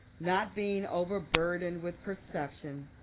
not being overburdened with perception,